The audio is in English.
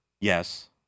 Yes